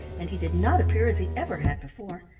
and he did not appear as he ever had before.